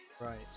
Right